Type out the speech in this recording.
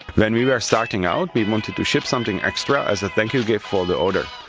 when we were starting out, we wanted to ship something extra as a thank you gift for the order.